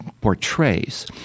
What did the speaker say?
portrays